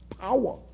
power